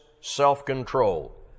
self-control